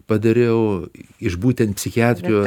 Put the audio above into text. padariau iš būtent psichiatrijos